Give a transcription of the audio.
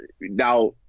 Now